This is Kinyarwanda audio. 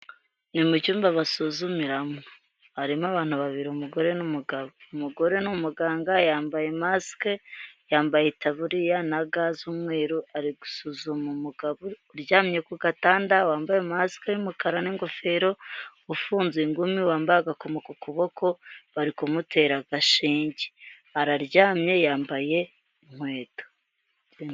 Ni mu cyumba basuzumiramo. Harimo abantu babiri umugore n'umugabo. Umugore ni umuganga yambaye masike, yambaye itaburiya na ga z'umweru, ari gusuzuma umugabo uryamye ku gatanda, wambaye masike y'umukara n'ingofero, ufunze ingumi wambaye agakomo ku kuboko, bari kumutera agashinge. Araryamye yambaye inkweto.